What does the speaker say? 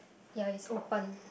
ya it's open